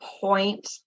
point